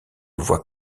voit